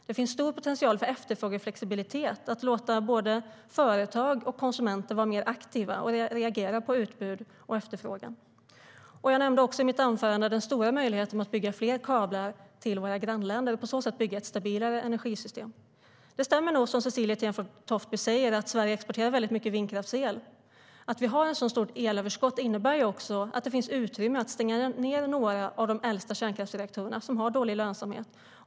Det finns stor potential för efterfrågeflexibilitet, att låta både företag och konsumenter vara mer aktiva och reagera på utbud och efterfrågan. Det stämmer nog som Cecilie Tenfjord-Toftby säger, att Sverige exporterar väldigt mycket vindkraftsel. Att vi har ett så stort elöverskott innebär ju också att det finns utrymme för att stänga ned några av de äldsta kärnkraftsreaktorerna som har dålig lönsamhet.